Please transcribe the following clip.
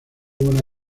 buena